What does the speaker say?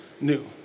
new